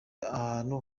ahantu